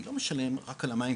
אני לא משלם רק על המים,